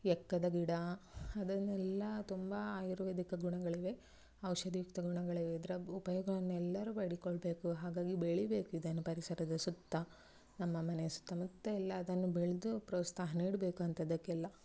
ಎಕ್ಕದ ಗಿಡ ಅದನ್ನೆಲ್ಲ ತುಂಬ ಆಯುರ್ವೇದಿಕ್ ಗುಣಗಳಿವೆ ಔಷಧಿಯುಕ್ತ ಗುಣಗಳಿವೆ ಇದರ ಉಪಯೋಗವನ್ನು ಎಲ್ಲರೂ ಪಡ್ಕೊಳ್ಳಬೇಕು ಹಾಗಾಗಿ ಬೆಳಿಬೇಕು ಇದನ್ನು ಪರಿಸರದ ಸುತ್ತ ನಮ್ಮ ಮನೆಯ ಸುತ್ತಮುತ್ತ ಎಲ್ಲ ಅದನ್ನು ಬೆಳೆದು ಪ್ರೋತ್ಸಾಹ ನೀಡಬೇಕು ಅಂಥದ್ದಕ್ಕೆಲ್ಲ